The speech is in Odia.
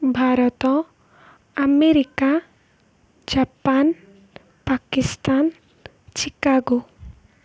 Bharat America Japan Pakistan Chicago